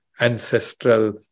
ancestral